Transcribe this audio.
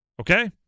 Okay